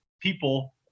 people